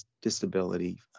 disability